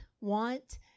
want